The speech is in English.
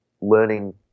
learning